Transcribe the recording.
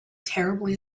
terribly